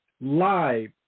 live